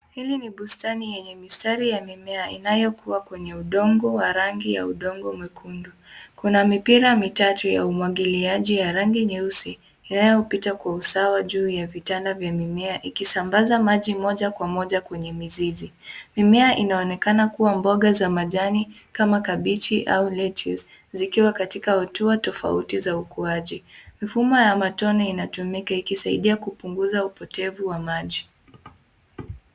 Hili ni bustani yenye mistari ya mimea inayokua kwenye udongo wa rangi ya udongo mwekundu. Kuna mipira mitatu ya umwagiliaji ya rangi nyeusi inayopita kwa usawa juu ya vitanda vya mimea ikisambaza maji moja kwa moja kwenye mizizi. Mimea inaonekana kuwa mboga za majani kama kabichi au lettuce zikiwa katika hatua tofauti za ukuaji. Mfumo ya matone inatumika ikisaidia kupoteza upotevu wa maji.